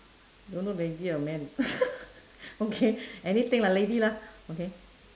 don't know lady or man okay anything lah lady lah okay